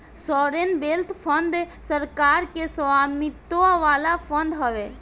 sovereign wealth fund सरकार के स्वामित्व वाला फंड हवे